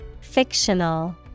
Fictional